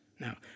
Now